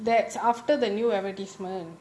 that's after the new advertisement